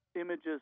images